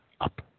up